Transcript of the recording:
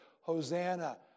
Hosanna